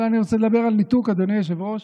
אבל אני רוצה לדבר על ניתוק, אדוני היושב-ראש,